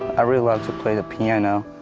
i really love to play the piano.